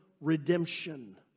redemption